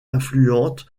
influente